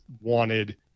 wanted